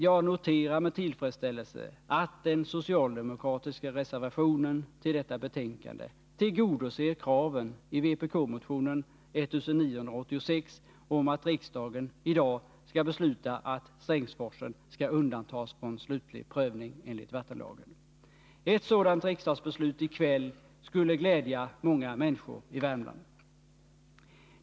Jag noterar med tillfredsställelse att den socialdemokratiska reservationen till detta betänkande tillgodoser kravet i vpk-motionen 1986 om att riksdagen i dag skall besluta att Strängsforsen skall undantas från slutlig prövning enligt vattenlagen. Ett sådant riksdagsbeslut i kväll skulle glädja många människor i Värmland.